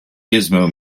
gizmo